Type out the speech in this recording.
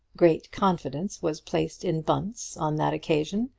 great confidence was placed in bunce on that occasion,